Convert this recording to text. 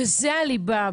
זה הליבה.